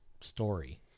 story